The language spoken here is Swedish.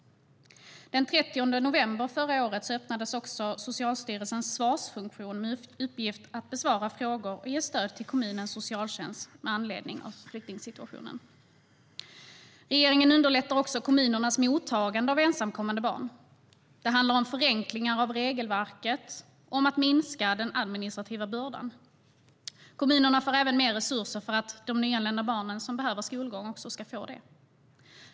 Den 30 november förra året öppnades också Socialstyrelsens svarsfunktion med uppgift att besvara frågor och ge stöd till kommunernas socialtjänst med anledning av flyktingsituationen. Regeringen underlättar också kommunernas mottagande av ensamkommande barn. Det handlar om förenklingar av regelverket och om att minska den administrativa bördan. Kommunerna får även mer resurser för att de nyanlända barn som behöver skolgång ska få det.